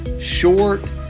short